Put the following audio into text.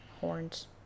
horns